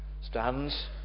stands